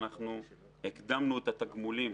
הקדמנו את התגמולים